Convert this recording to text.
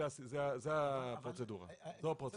זו הפרוצדורה.